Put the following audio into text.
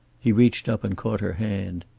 he reached up and caught her hand.